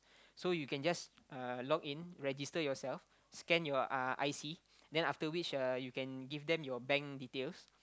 so you can just uh log in register youself scan your uh i_c then after which uh you can give them your bank details